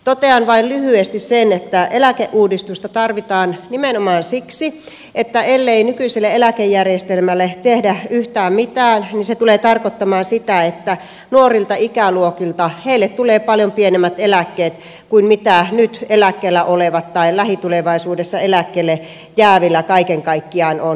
totean vain lyhyesti sen että eläkeuudistusta tarvitaan nimenomaan siksi että ellei nykyiselle eläkejärjestelmälle tehdä yhtään mitään niin se tulee tarkoittamaan sitä että nuorille ikäluokille tulee paljon pienemmät eläkkeet kuin mitä nyt eläkkeellä olevilla tai lähitulevaisuudessa eläkkeelle jäävillä kaiken kaikkiaan on